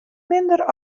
minder